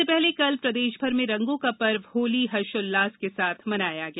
इसके पहले कल प्रदेशभर में रंगों का पर्व होली हर्ष उल्लास के साथ मनाया गया